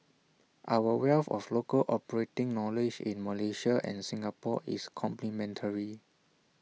our wealth of local operating knowledge in Malaysia and Singapore is complementary